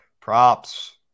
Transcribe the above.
props